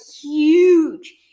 huge